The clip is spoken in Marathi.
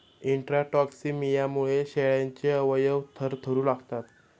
इंट्राटॉक्सिमियामुळे शेळ्यांचे अवयव थरथरू लागतात